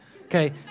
Okay